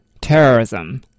terrorism